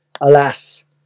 Alas